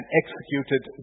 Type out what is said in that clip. executed